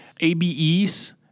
ABEs